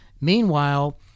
Meanwhile